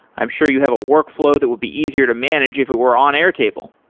i'm sure you have a workflow that would be easier to manage if it were on airtable.